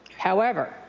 however,